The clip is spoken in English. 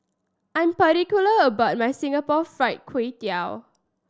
I'm particular about my Singapore Fried Kway Tiao